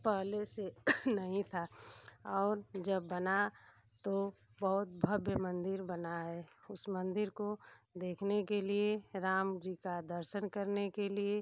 पहले से नहीं था और जब बना तो बहुत भव्य मंदिर बना है उस मंदिर को देखने के लिए राम जी का दर्शन करने के लिए